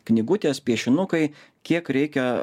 knygutės piešinukai kiek reikia